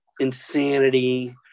insanity